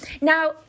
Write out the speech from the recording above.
Now